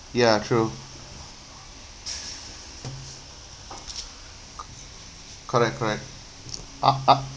ya true c~ correct correct uh but